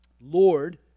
Lord